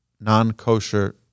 non-kosher